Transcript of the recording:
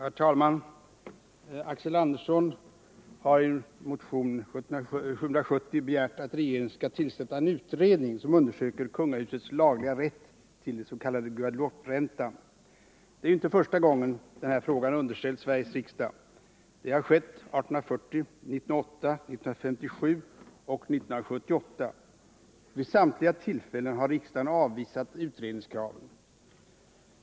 Herr talman! Axel Andersson har i motion 770 begärt att regeringen skall tillsätta en utredning som undersöker kungahusets lagliga rätt till den s.k. Guadelouperäntan. Det är inte första gången den här frågan behandlas av Sveriges riksdag. Det har skett 1840, 1908, 1957 och 1978. Vid samtliga tillfällen har riksdagen avvisat utredningskraven.